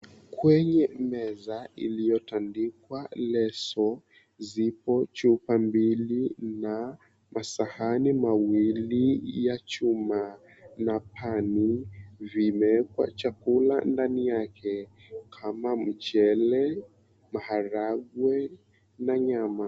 Kwenye meza iliyotandikwa leso, zipo chupa mbili na masahani mawili ya chuma na pani vimeekwa chakula ndani yake kama mchele, maharagwe na nyama.